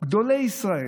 גדולי ישראל,